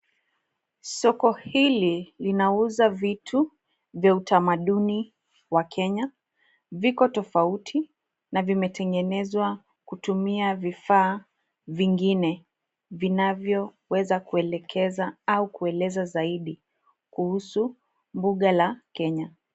Soko hili linauza vitu vya utamaduni wa Kenya viko tofauti na vimetengenezwa kutumia vifaa vingine vinavyoweza kuelekeza au kueleza zaidi kuhusu mbuga la Kenya.